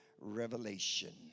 revelation